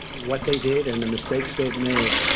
what they did and the mistakes they've made,